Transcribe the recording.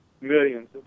millions